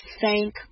thank